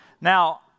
Now